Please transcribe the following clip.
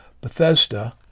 Bethesda